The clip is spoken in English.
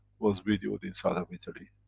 was videoed inside of italy.